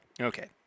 Okay